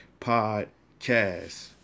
Podcast